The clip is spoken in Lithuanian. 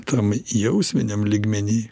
tam jausminiam lygmeny